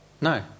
No